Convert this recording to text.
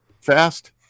fast